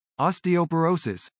osteoporosis